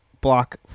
block